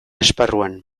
esparruan